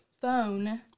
Phone